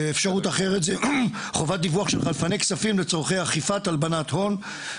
אפשרות אחרת זה "חובת דיווח של חלפני כספים לצרכי אכיפת הלבנת הון".